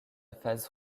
face